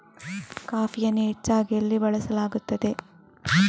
ಕಾಫಿಯನ್ನು ಹೆಚ್ಚಾಗಿ ಎಲ್ಲಿ ಬೆಳಸಲಾಗುತ್ತದೆ?